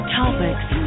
topics